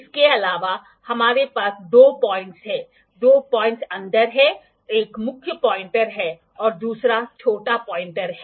इसके अलावा हमारे पास दो पॉइंटर्स हैं दो पॉइंटर्स अंदर हैं एक मुख्य पॉइंटर है और दूसरा छोटा पॉइंटर है